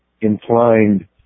inclined